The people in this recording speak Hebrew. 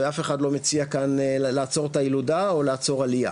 ואף אחד לא מציע כאן לעצור את הילודה או לעצור עלייה,